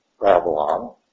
Babylon